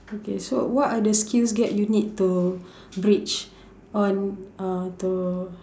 okay so what are the skills gap you need to bridge on uh to